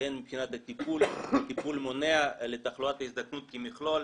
והן מבחינת טיפול מונע לתחלואת ההזדקנות כמכלול.